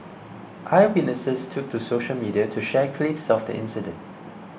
eyewitnesses took to social media to share clips of the incident